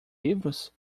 livros